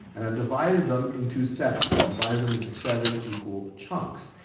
and i've divided them into sevenths. i've divided them into seven equal chunks.